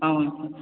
ஆ okay